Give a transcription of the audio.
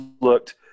looked